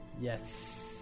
yes